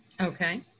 Okay